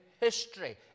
history